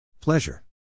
Pleasure